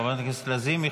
חברת הכנסת לזימי,